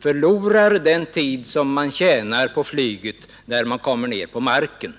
förlorar den tid de tjänat på flyget, när de sedan kommer ner på marken.